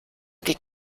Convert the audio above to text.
die